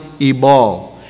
Ebal